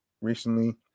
recently